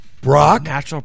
Brock